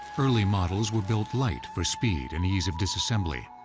early models were built light for speed and ease of disassembly.